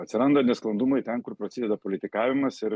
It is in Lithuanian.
atsiranda nesklandumai ten kur prasideda politikavimas ir